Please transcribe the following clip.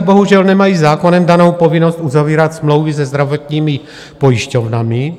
Lékaři bohužel nemají zákonem danou povinnost uzavírat smlouvy se zdravotními pojišťovnami.